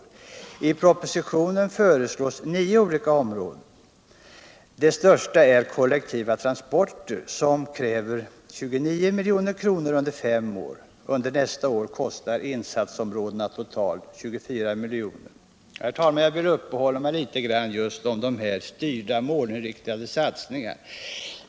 I propositionen föreslås nio olika områden. Det största är kollektiva transporter, som kräver 29 milj.kr. under fem år. Under nästa år kostar insatsområdena totalt 24 milj.kr. Herr talman! Jag vill uppehålla mig litet just vid de styrda målinriktade satsningarna.